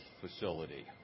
facility